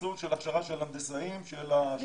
מסלול של הכשרה של הנדסאים של שנתיים,